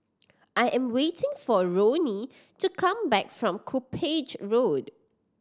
I am waiting for Roni to come back from Cuppage Road